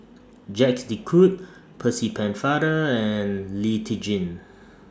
Jacques De Coutre Percy Pennefather and Lee Tjin